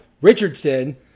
Richardson